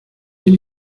ell